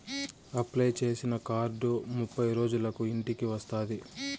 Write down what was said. apply చేసిన card ముప్పై రోజులకు ఇంటికి వస్తాది